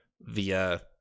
via